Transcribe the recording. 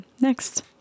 Next